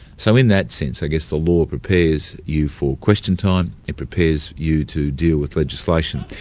so in that sense i guess the law prepares you for question time, it prepares you to deal with legislation.